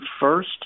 first